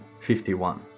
51